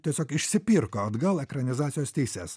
tiesiog išsipirko atgal ekranizacijos teises